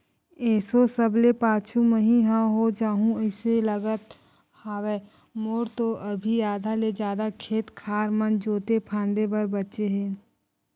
एसो सबले पाछू मही ह हो जाहूँ अइसे लगत हवय, मोर तो अभी आधा ले जादा खेत खार मन जोंते फांदे बर बचें हे